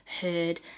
heard